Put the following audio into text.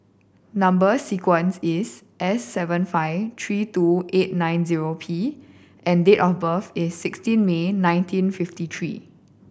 number sequence is S seven five three two eight nine zero P and date of birth is sixteen May nineteen fifty three